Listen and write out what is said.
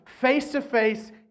face-to-face